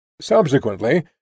Subsequently